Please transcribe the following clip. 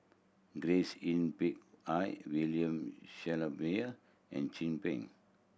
Grace Yin Peck Ha William Shellabear and Chin Peng